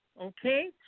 Okay